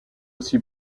aussi